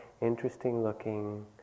interesting-looking